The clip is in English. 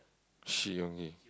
she